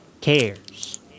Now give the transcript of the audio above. cares